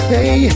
Hey